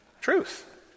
Truth